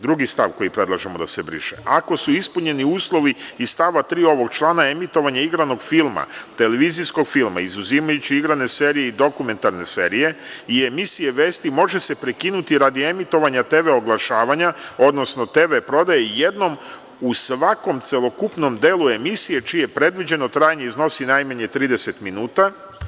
Drugi stav koji predlažemo da se briše, ako su ispunjeni uslovi iz stava 3. ovog člana emitovanje igranog filma, televizijskog filma, izuzimajući igrane serije i dokumentarne serije i emisije vesti može se prekinuti radi emitovanja tv oglašavanja, odnosno TV prodaje jednom u svakom celokupnom delu emisije čije predviđeno trajanje iznosi najmanje 30 minuta.